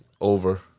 Over